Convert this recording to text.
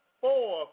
four